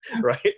right